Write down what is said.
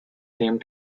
same